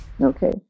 Okay